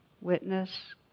Witness